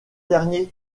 derniers